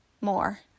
more